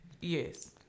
Yes